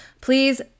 please